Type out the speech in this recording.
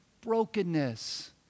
brokenness